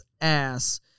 ass